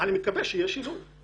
אני מקווה שיש עם מי.